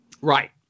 Right